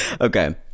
okay